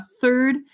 third